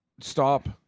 Stop